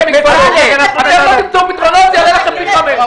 אם אתם לא תמצאו פתרונות זה יעלה לכם פי חמש.